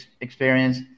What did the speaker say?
experience